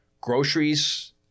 groceries